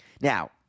Now